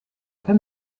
aber